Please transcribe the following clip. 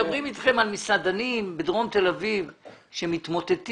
מסעדנים בדרום תל אביב שמתמוטטים,